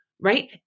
Right